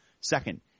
Second